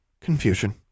confusion